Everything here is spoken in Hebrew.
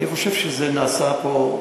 אני חושב שנעשה פה,